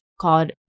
called